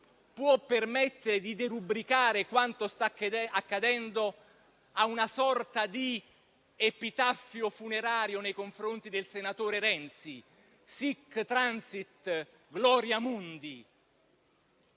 può permettere di derubricare quanto sta accadendo a una sorta di epitaffio funerario nei confronti del senatore Renzi: «*Sic transit gloria mundi*».